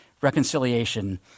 reconciliation